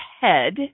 head